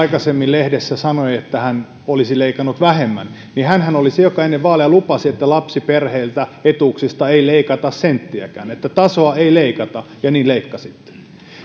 aikaisemmin lehdessä sanoi että hän olisi leikannut vähemmän oli se joka ennen vaaleja lupasi että lapsiperheiltä etuuksista ei leikata senttiäkään että tasoa ei leikata mutta niin leikkasitte